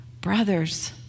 brothers